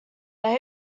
they